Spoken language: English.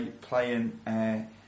playing